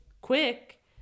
quick